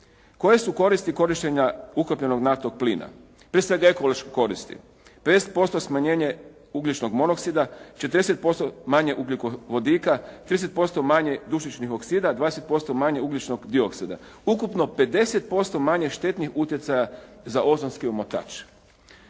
Koje su koristi korištenja ukapljenog naftnog plina? Prije svega ekološke koristi. 50% smanjenje ugljičnog monoksida, 405 manje ugljikovodika, 30% manje dušičnih oksida, 20% manje ugljičnog dioksida. Ukupno 50% manje štetnih utjecaja za ozonski omotač.